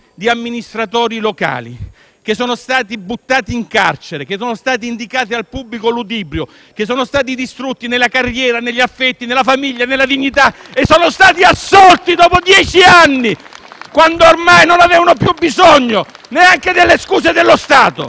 che sono stati buttati in carcere, che sono stati indicati al pubblico ludibrio, che sono stati distrutti nella carriera, negli affetti, nella famiglia, nella dignità e sono stati assolti dopo dieci anni, quando ormai non avevano più bisogno neanche delle scuse dello Stato?